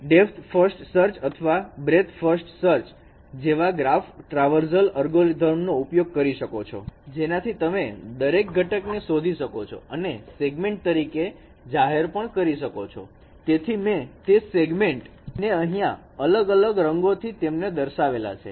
તમે depth first search અથવા breadth first search જેવા ગ્રાફ ટ્રાવર્ઝલ અલ્ગોરિધમ નો ઉપયોગ કરી શકો છો જેનાથી તમે દરેક ઘટક ને શોધી શકો અને સેગમેન્ટ તરીકે જાહેર પણ કરી શકો તેથી મેં તે સેગમેન્ટ ને અહીંયા અલગ અલગ રંગોથી તેમને દર્શાવેલું છે